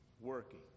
working